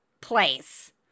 place